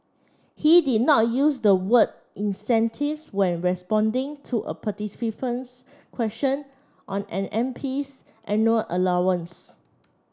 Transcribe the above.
he did not use the word incentives when responding to a participant's question on an MP's annual allowance